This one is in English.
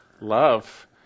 Love